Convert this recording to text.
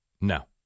No